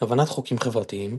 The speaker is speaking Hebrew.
- הבנת חוקים חברתיים,